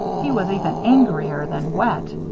he was even angrier than wet.